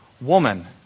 woman